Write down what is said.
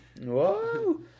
Whoa